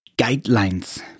guidelines